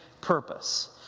purpose